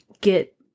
get